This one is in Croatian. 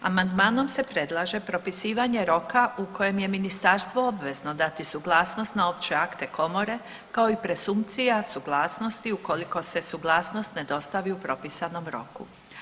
Amandmanom se predlaže propisivanje roka u kojem je ministarstvo obvezno dati suglasnost na opće akte komore kao i presumpcija suglasnosti ukoliko se suglasnost ne dostavi u propisanom roku.